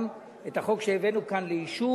גם את החוק שהבאנו כאן לאישור,